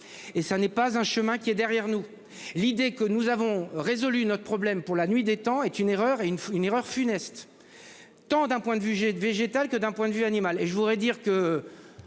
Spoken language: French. et ça n'est pas un chemin qui est derrière nous. L'idée que nous avons résolu notre problème pour la nuit des temps est une erreur et une une erreur funeste. Tant d'un point de vue j'ai végétal que d'un point de vue animale